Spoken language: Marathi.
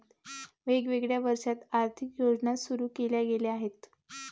वेगवेगळ्या वर्षांत आर्थिक योजना सुरू केल्या गेल्या आहेत